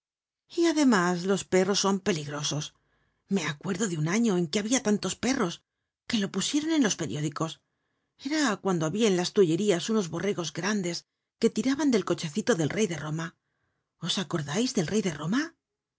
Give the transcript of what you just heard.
y además los perros son peligrosos me acuerdo de un año en que habia tantos perros que lo pusieron en los periódicos era cuando habia en las tullerías unos borregos grandes que tiraban del cochecito del rey de roma os acordais del rey de roma